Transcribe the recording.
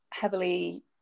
heavily